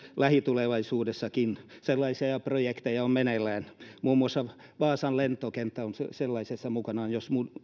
lähitulevaisuudessakin sellaisia projekteja on meneillään muun muassa vaasan lentokenttä on sellaisessa mukana jos